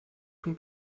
von